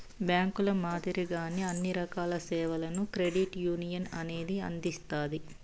బ్యాంకుల మాదిరిగానే అన్ని రకాల సేవలను క్రెడిట్ యునియన్ అనేది అందిత్తాది